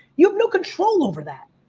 you have no control over that.